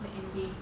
the ending like